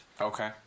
Okay